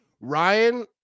Ryan